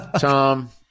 Tom